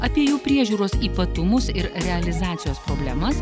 apie jų priežiūros ypatumus ir realizacijos problemas